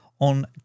on